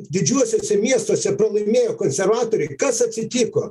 didžiuosiuose miestuose pralaimėjo konservatoriai kas atsitiko